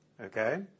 Okay